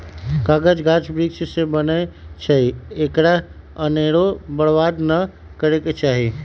कागज गाछ वृक्ष से बनै छइ एकरा अनेरो बर्बाद नऽ करे के चाहि